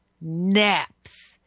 naps